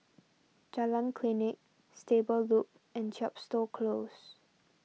Jalan Klinik Stable Loop and Chepstow Close